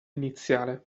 iniziale